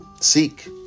Seek